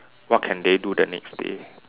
what can they do the next day